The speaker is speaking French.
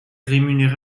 rémunéré